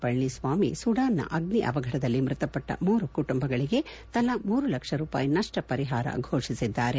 Palaniswami Sudan ನ ಅಗ್ನಿ ಅವಘಡದಲ್ಲಿ ಮೃತಪಟ್ಟ ಮೂರು ಕುಟುಂಬಗಳಿಗೆ ತಲಾ ಮೂರು ಲಕ್ಷ ರೂಪಾಯಿ ನಷ್ಷ ಪರಿಹಾರ ಘೋಷಿಸಿದ್ದಾರೆ